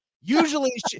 usually